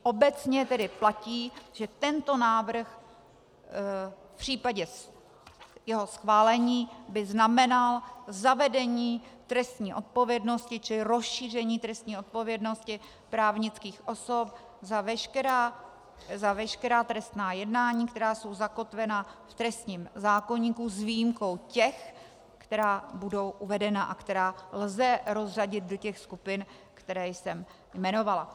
Obecně tedy platí, že tento návrh by v případě jeho schválení znamenal zavedení trestní odpovědnosti, čili rozšíření trestní odpovědnosti právnických osob za veškerá trestná jednání, která jsou zakotvena v trestním zákoníku, s výjimkou těch, která budou uvedena a která lze rozřadit do těch skupin, které jsem jmenovala.